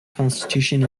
constitution